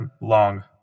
long